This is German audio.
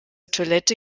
toilette